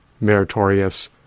meritorious